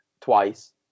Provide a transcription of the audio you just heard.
twice